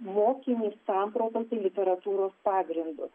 mokymu išsamprotauti literatūros pagrindus